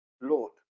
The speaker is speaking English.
Lord